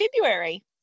February